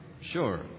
Sure